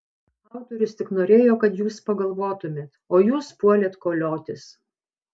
autorius tik norėjo kad jūs pagalvotumėt o jūs puolėt koliotis